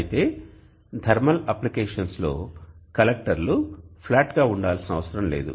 అయితే థర్మల్ అప్లికేషన్స్లో కలెక్టర్లు ఫ్లాట్గా ఉండాల్సిన అవసరం లేదు